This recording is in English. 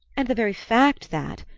and the very fact that,